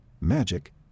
magic